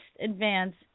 advance